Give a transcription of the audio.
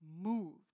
moved